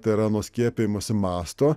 tai yra nuo skiepijimosi mąsto